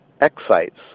excites